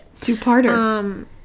Two-parter